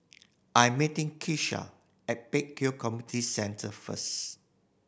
I'm meeting Keshia at Pek Kio Community Centre first